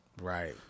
Right